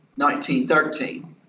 1913